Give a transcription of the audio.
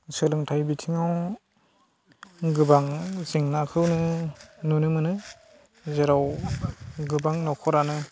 सोलोंथाइ बिथिङाव गोबां जेंनाखौनो नुनो मोनो जेराव गोबां न'खरानो